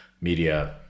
media